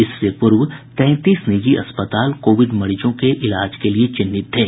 इससे पूर्व तैंतीस निजी अस्पताल कोविड मरीजों के इलाज के लिए चिन्हित थे